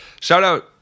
Shout-out